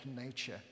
nature